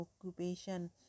occupation